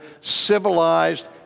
civilized